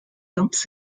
dumps